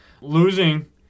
Losing